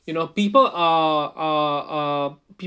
you know people are are are people